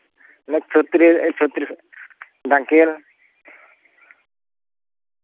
ᱚᱱᱟ ᱪᱷᱚᱛᱨᱤᱥ ᱪᱷᱚᱛᱨᱤᱥ ᱰᱟᱝᱠᱮᱞ